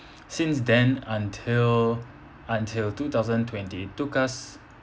since then until until two thousand twenty took us